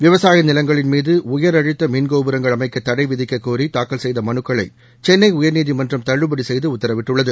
விவசாய நிலங்களின் மீது உயர்அழுத்த மின்கோபுரங்கள் அமைக்க தடை விதிக்க கோரி தாக்கல் செய்த மனுக்களை சென்னை உயர்நீதிமன்றம் தள்ளுபடி செய்து உத்தரவிட்டுள்ளது